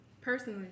personally